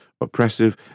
oppressive